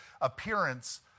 appearance